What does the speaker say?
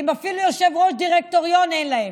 אפילו יושב-ראש דירקטוריון אין להם.